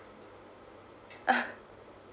ah